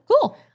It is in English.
Cool